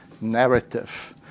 narrative